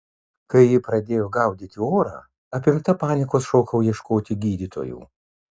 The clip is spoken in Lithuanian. kai ji pradėjo gaudyti orą apimta panikos šokau ieškoti gydytojų